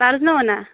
پَرزٕنونا